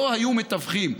לא היו מתווכים.